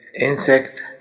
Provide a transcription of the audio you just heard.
insect